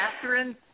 Catherine